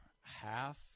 half